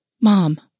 Mom